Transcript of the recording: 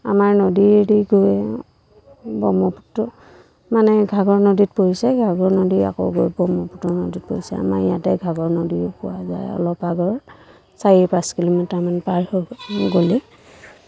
আমাৰ নদীয়েদি গৈ ব্ৰহ্মপুত্ৰ মানে ঘাগৰ নদীত পৰিছে ঘাগৰ নদী আকৌ গৈ ব্ৰহ্মপুত্ৰ নদীত পৰিছে আমাৰ ইয়াতে ঘাগৰ নদীও পোৱা যায় অলপ আগৰ চাৰি পাঁচ কিলোমিটাৰমান পাৰ হৈ গ'লে